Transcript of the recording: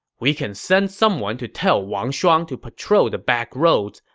we can send someone to tell wang shuang to patrol the backroads.